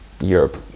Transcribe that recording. Europe